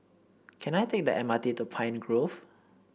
can I take the M R T to Pine Grove